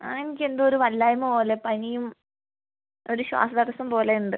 ആ എനിക്കെന്തോ ഒരു വല്ലായ്മ പോലെ പനിയും ഒര് ശ്വാസതടസ്സം പോലെ ഉണ്ട്